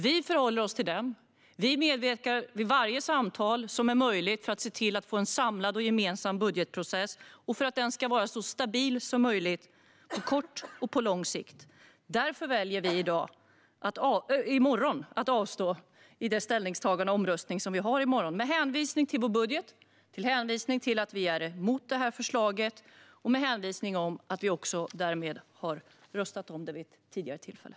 Vi förhåller oss till dem. Vi medverkar vid varje möjligt samtal för att se till att få en samlad, gemensam budgetprocess och för att den ska vara så stabil som möjligt på kort och på lång sikt. Därför väljer vi att avstå i den omröstning vi har i morgon, med hänvisning till vår budget, till att vi är emot förslaget och till att vi har röstat om det vid ett tidigare tillfälle.